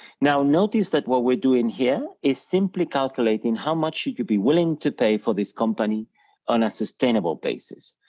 now, notice that what we're doing here, is simply calculating how much should you be willing to pay for this company on a sustainable basis.